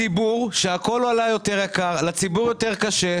והשכר הממוצע במשק הוא 11,000 שקל.